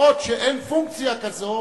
בעוד שאין פונקציה כזאת,